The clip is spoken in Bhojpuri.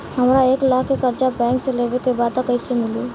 हमरा एक लाख के कर्जा बैंक से लेवे के बा त कईसे मिली?